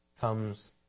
comes